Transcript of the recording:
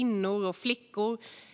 Punkt.